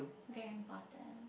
very important